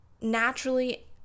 naturally